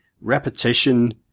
repetition